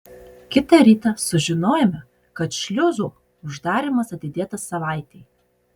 kitą rytą sužinojome kad šliuzų uždarymas atidėtas savaitei